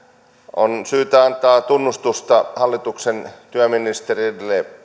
on syytä antaa tunnustusta hallituksen työministerille